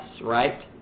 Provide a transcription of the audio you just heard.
right